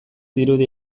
dirudi